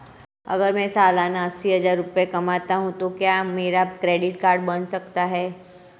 अगर मैं सालाना अस्सी हज़ार रुपये कमाता हूं तो क्या मेरा क्रेडिट कार्ड बन सकता है?